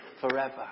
forever